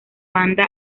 banda